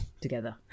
together